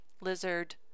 lizard